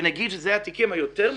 שנגיד שזה התיקים היותר מורכבים,